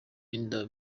inda